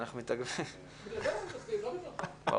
אני זוכר את עצמי מגיע לפה כנציג סטודנטים מתוסכל בכל פעם מחדש,